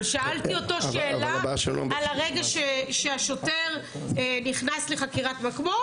אבל שאלתי אותו על הרגע שהשוטר נכנס לחקירת מח"ש,